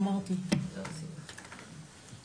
קק"ל מבצעת סביב כל היישובים בשטחים ששייכים אליה.